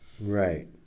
Right